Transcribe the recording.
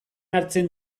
hartzen